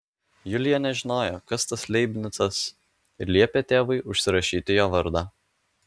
julija nežinojo kas tas leibnicas ir liepė tėvui užsirašyti jo vardą